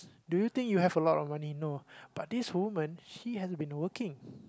do you think you have a lot money no but this woman she hasn't been working